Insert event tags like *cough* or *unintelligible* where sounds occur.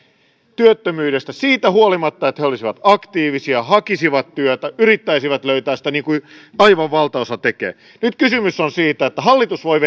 työttömyydestä siitä huolimatta vaikka he olisivat aktiivisia hakisivat työtä yrittäisivät löytää sitä niin kuin aivan valtaosa tekee nyt kysymys on siitä että hallitus voi *unintelligible*